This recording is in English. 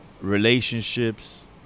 relationships